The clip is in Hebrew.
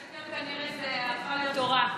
לשקר כנראה זה הפך להיות תורה.